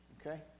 Okay